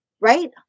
right